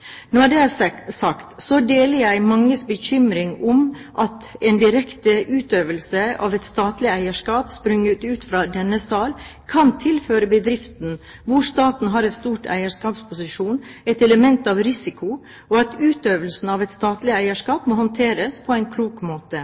det er sagt, så deler jeg manges bekymring for at en direkte utøvelse av et statlig eierskap sprunget ut fra denne salen kan tilføre bedrifter hvor staten har en stor eierskapsposisjon, et element av risiko, og utøvelsen av et statlig eierskap må håndteres på en klok måte.